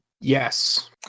Yes